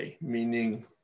meaning